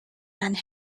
and